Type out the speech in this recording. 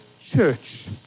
church